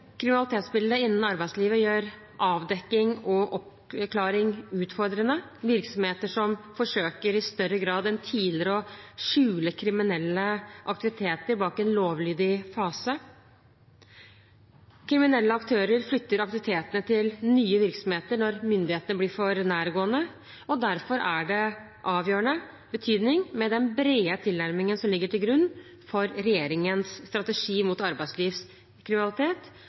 kriminalitetsbildet innen arbeidslivet gjør avdekking og oppklaring utfordrende. Virksomheter forsøker i større grad enn tidligere å skjule kriminelle aktiviteter bak en lovlydig fasade, og kriminelle aktører flytter aktivitetene til nye virksomheter når myndighetene blir for nærgående. Derfor er den brede tilnærmingen som ligger til grunn for regjeringens strategi mot arbeidslivskriminalitet,